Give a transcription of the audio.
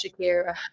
Shakira